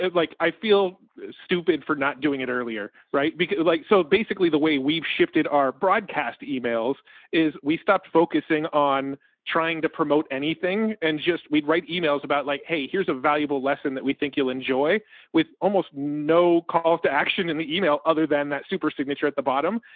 like i feel stupid for not doing it earlier, right? because like, so basically the way we've shifted our broadcast emails is we stopped focusing on trying to promote anything and just we'd write emails about like, hey, here's a valuable lesson that we think you'll enjoy with almost no calls to action in the email, other than that super signature at the bottom.